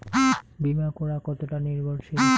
বীমা করা কতোটা নির্ভরশীল?